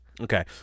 Okay